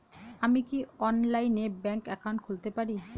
আমি কি অনলাইনে ব্যাংক একাউন্ট খুলতে পারি?